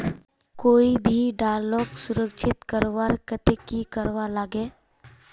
कोई भी दालोक सुरक्षित रखवार केते की करवार लगे?